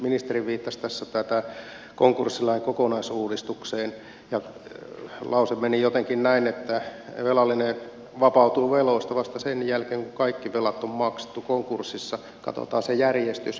ministeri viittasi konkurssilain kokonaisuudistukseen ja lause meni jotenkin näin että velallinen vapautuu veloista vasta sen jälkeen kun kaikki velat on maksettu konkurssissa katsotaan se järjestys